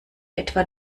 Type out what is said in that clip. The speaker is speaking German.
etwa